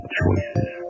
choices